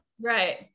Right